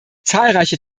zahlreiche